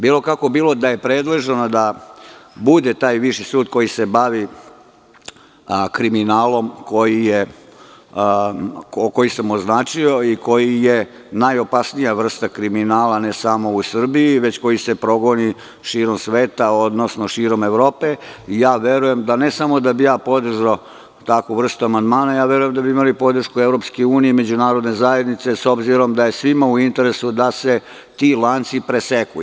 Bilo kako bilo, da je predloženo da bude taj viši sud koji se bavi kriminalom koji sam označio i koji je najopasnija vrsta kriminala, ne samo u Srbiji, već koji se progoni širom sveta, odnosno širom Evrope, verujem da ne samo da bih ja podržao takvu vrstu amandmana, već verujem da bi imali podršku i EU i međunarodne zajednice, s obzirom da je svima u interesu da se ti lanci preseku.